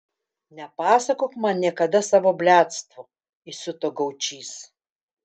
nepasakok man niekada savo bliadstvų įsiuto gaučys